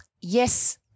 yes